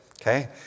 Okay